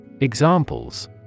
Examples